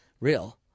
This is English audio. real